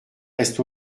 reste